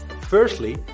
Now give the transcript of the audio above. Firstly